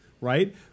right